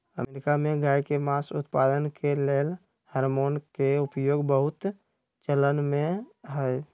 America में गायके मास उत्पादन के लेल हार्मोन के उपयोग बहुत चलनमें हइ